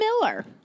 Miller